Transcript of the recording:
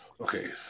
Okay